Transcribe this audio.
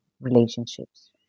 relationships